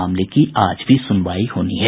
मामले की आज भी सुनवाई होनी है